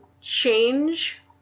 change